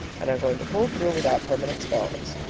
and are going to pull through without permanent scars.